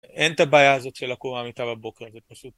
אין את הבעיה הזאת של לקום מהמיטה בבוקר, זאת פשוט...